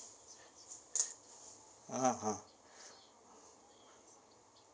ah ha ha